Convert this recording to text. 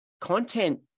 Content